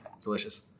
delicious